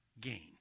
gain